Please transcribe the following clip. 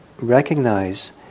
recognize